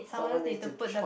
someone need to chop